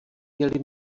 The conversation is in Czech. měli